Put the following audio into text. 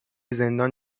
زندان